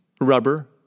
Rubber